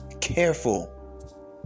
careful